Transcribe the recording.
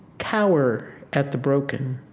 cower at the broken,